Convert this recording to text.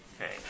Okay